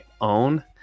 own